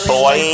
Boy